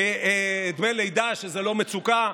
דמי לידה שזה לא מצוקה,